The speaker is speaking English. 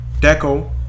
Deco